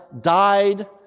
died